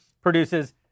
produces